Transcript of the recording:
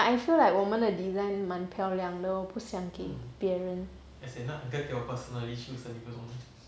but I feel like 我们的 design 蛮漂亮的我不想过别人